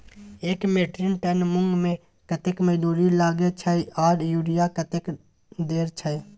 एक metric ton मूंग में कतेक मजदूरी लागे छै आर यूरिया कतेक देर छै?